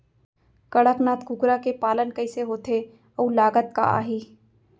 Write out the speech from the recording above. कड़कनाथ कुकरा के पालन कइसे होथे अऊ लागत का आही?